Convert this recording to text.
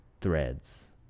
threads